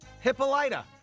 Hippolyta